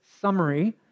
summary